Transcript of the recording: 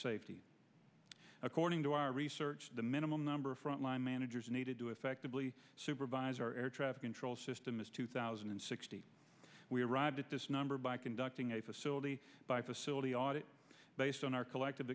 safety according to our research the minimal number of front line managers needed to effectively supervise our air traffic control system is two thousand and sixty we arrived at this number by conducting a facility by facility audit based on our collective